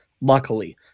luckily